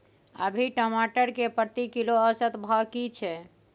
अभी टमाटर के प्रति किलो औसत भाव की छै?